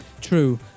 true